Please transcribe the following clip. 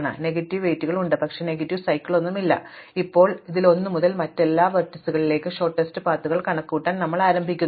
അതിനാൽ നെഗറ്റീവ് വെയ്റ്റുകൾ ഉണ്ട് പക്ഷേ നെഗറ്റീവ് സൈക്കിളുകളൊന്നുമില്ല ഇപ്പോൾ ഇതിൽ 1 മുതൽ മറ്റെല്ലാ ലംബങ്ങളിലേക്കും ഹ്രസ്വമായ പാതകൾ കണക്കുകൂട്ടാൻ ഞങ്ങൾ ആഗ്രഹിക്കുന്നു